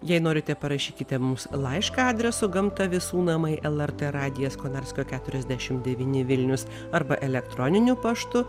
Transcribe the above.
jei norite parašykite mums laišką adresu gamta visų namai lrt radijas konarskio keturiasdešim devyni vilnius arba elektroniniu paštu